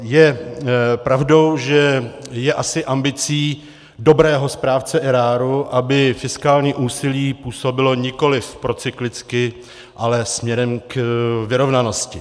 Je pravdou, že je asi ambicí dobrého správce eráru, aby fiskální úsilí působilo nikoliv procyklicky, ale směrem k vyrovnanosti.